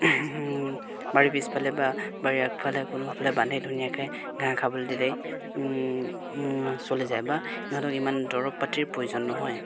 বাৰীৰ পিছফালে বা বাৰীৰ আগফালে কোনোফালে বান্ধি ধুনীয়াকৈ ঘাঁহ খাবলৈ দিলেই চলি যায় বা ইহঁতক ইমান দৰৱ পাতিৰ প্ৰয়োজন নহয়